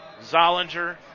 Zollinger